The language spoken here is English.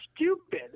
stupid